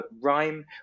Rhyme